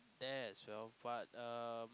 there as well but um